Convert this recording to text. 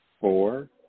four